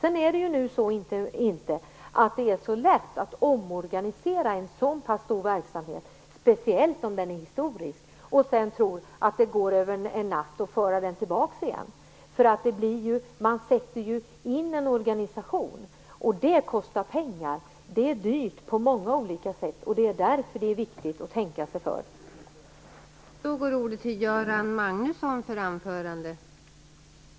Nu är det ju inte så lätt att omorganisera en sådan stor verksamhet, speciellt om den är historisk, och sedan tro att det går över en natt att föra den tillbaka igen. Man sätter ju in en organisation, och det kostar pengar och är dyrt på många olika sätt. Det är därför det är viktigt att tänka sig för.